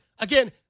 Again